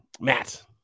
Matt